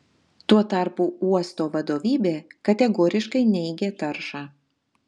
tuo tarpu uosto vadovybė kategoriškai neigia taršą